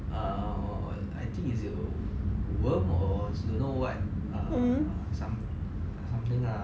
err I think is it worm or don't know what err some~ something lah